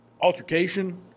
altercation